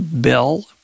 Bill